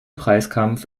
preiskampf